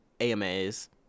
AMAs